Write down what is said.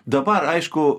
dabar aišku